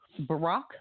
Barack